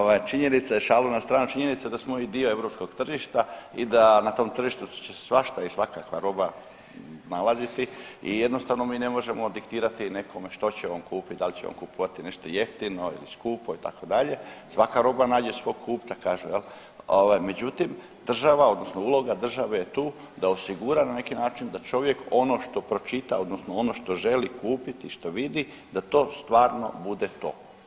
Ovaj, činjenica je, šalu na stranu, činjenica je da smo i dio europskog tržišta i da na tom tržištu će se svašta i svakakva roba nalaziti i jednostavno mi ne možemo diktirati nekome što će on kupit, dal će on kupovati nešto jeftino ili skupo itd., svaka roba nađe svog kupca kažu jel, ovaj međutim država odnosno uloga države je tu da osigura na neki način da čovjek ono što pročita odnosno ono što želi kupiti i što vidi da to stvarno bude to.